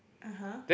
(uh huh)